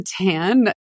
tan